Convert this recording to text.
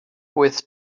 with